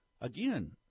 again